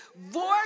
Voice